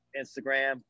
Instagram